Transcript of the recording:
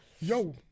Yo